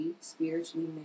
spiritually